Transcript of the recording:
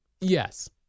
Yes